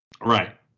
Right